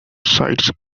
sides